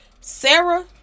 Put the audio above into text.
Sarah